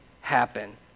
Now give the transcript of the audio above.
happen